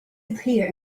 appear